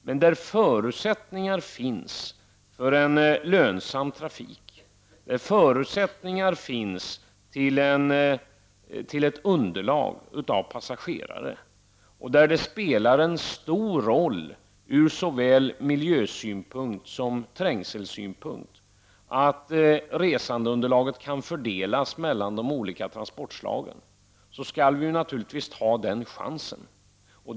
Men där det finns förutsättningar för en lönsam trafik, för ett passagerarunderlag och där det spelar en stor roll från såväl miljösom trängselsynpunkt att resandeunderlaget fördelas mellan de olika transportslagen skall vi naturligtvis ta den chansen.